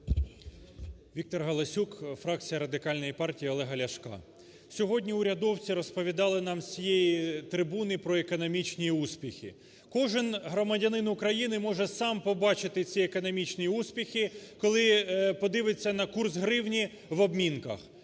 ВікторГаласюк, фракція Радикальної партії Олега Ляшка. Сьогодні урядовці розповідали нам з цієї трибуни про економічні успіхи. Кожен громадянин України може сам побачити ці економічні успіхи, коли подивиться на курс гривні в обмінках,